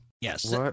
Yes